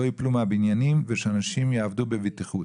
יפלו מהבניינים ושאנשים יעבדו בבטיחות,